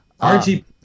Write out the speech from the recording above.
RGB